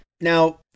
Now